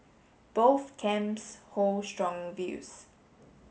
both camps hold strong views